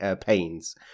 pains